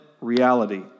reality